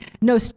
No